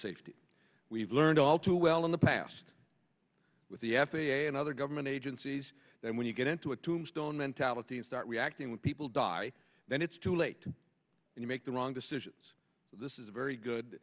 safety we've learned all too well in the past with the f a a and other government agencies then when you get into a tombstone mentality and start reacting with people die then it's too late to make the wrong decisions this is a very good